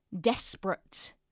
desperate